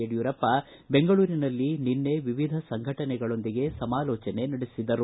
ಯಡಿಯೂರಪ್ಪ ಬೆಂಗಳೂರಿನಲ್ಲಿ ನಿನ್ನೆ ವಿವಿಧ ಸಂಘಟನೆಗಳೊಂದಿಗೆ ಸಮಾಲೋಚನೆ ನಡೆಸಿದರು